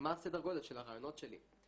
מה הסדר גודל של הרעיונות שלי.